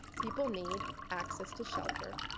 people need access to shelter.